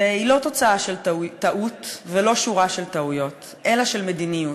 והיא לא תוצאה של טעות ולא שורה של טעויות אלא של מדיניות.